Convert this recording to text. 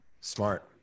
Smart